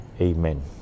Amen